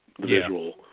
visual